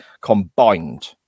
combined